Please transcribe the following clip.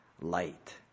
Light